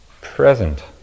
present